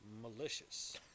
malicious